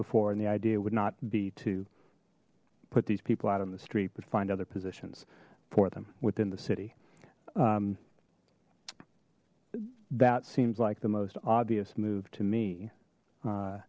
before and the idea would not be to put these people out on the street but find other positions for them within the city that seems like the most obvious move to me